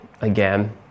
again